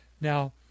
now